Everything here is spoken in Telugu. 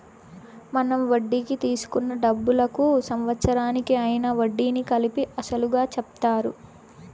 మనం వడ్డీకి తీసుకున్న డబ్బులకు సంవత్సరానికి అయ్యిన వడ్డీని కలిపి అసలుగా చెప్తారు